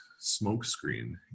smokescreen